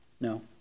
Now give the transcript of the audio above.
no